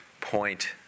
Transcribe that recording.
point